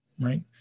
right